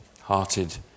hearted